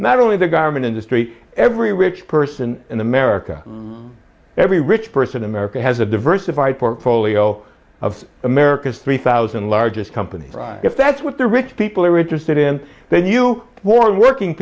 not only the garment industry every rich person in america every rich person america has a diversified portfolio of america's three thousand largest companies if that's what the rich people are interested in then you warren working